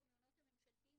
במעונות הממשלתיים,